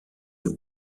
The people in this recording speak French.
aux